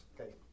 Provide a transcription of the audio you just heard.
Okay